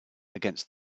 against